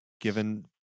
given